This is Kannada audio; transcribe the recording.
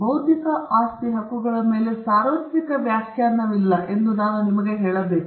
ಬೌದ್ಧಿಕ ಆಸ್ತಿ ಹಕ್ಕುಗಳ ಮೇಲೆ ಸಾರ್ವತ್ರಿಕ ವ್ಯಾಖ್ಯಾನವಿಲ್ಲ ಎಂದು ನಾನು ನಿಮಗೆ ಹೇಳಬೇಕು